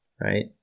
right